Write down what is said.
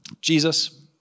Jesus